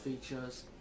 features